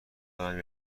دارم